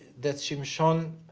that samson